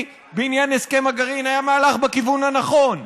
בעניין הסכם הגרעין היה מהלך בכיוון הנכון,